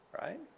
right